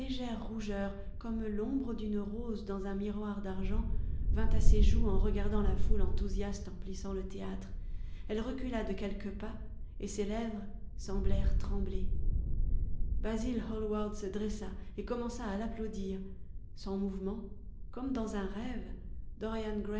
rougeur comme l'ombre d'une rose dans un miroir d'argent vint à ses joues en regardant la foule enthousiaste emplissant le théâtre elle recula de quelques pas et ses lèvres semblèrent trembler basil ilallward se dressa et commença à l'applaudir sans mouvement comme dans un rêve